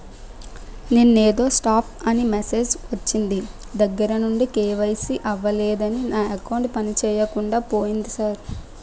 నిన్నేదో స్టాప్ అని మెసేజ్ ఒచ్చిన దగ్గరనుండి కే.వై.సి అవలేదని నా అకౌంట్ పనిచేయకుండా పోయింది సార్